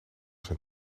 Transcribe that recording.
zijn